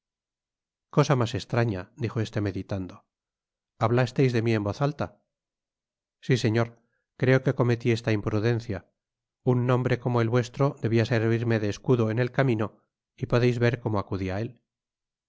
cosa mas estraña dijo este meditando hablasteis de mi en voz alta si señor creo que cometi esta imprudencia un nombre como el vuestro debia servirme de escudo en el camino y podeis ver como acudi á él